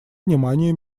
внимания